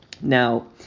Now